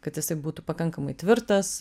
kad jisai būtų pakankamai tvirtas